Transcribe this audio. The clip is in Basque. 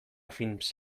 films